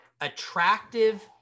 attractive